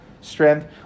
strength